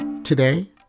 Today